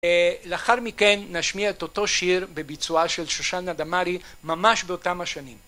לאחר מכן נשמיע את אותו שיר בביצועה של שושנה דמארי ממש באותם השנים.